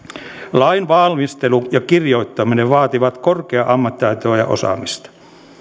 lain valmistelu ja kirjoittaminen vaativat korkeaa ammattitaitoa ja osaamista